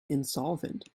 insolvent